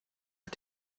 hat